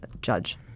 judge